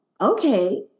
okay